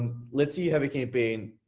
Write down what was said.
let's say you have a campaign,